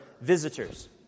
visitors